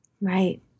Right